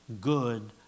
good